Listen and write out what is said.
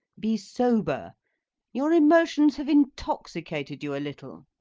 be sober your emotions have intoxicated you a little.